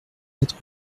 quatre